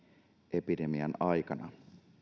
epidemian aikana